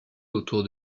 autour